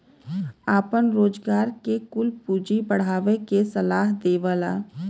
आपन रोजगार के कुल पूँजी बढ़ावे के सलाह देवला